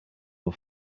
ubu